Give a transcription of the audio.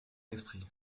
esprit